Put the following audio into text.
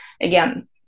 Again